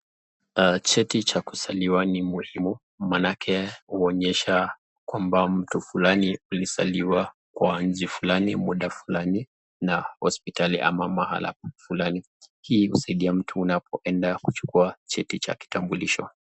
Cheti cha kuzaliwa ni muhimu maanake huonyesha kwamba mtu fulani alizaliwa kwa nchi fulani, muda fulani na hospitali ama mahala fulani. Hii husaidia mtu unapoenda kuchukua cheti cha kitambulisho.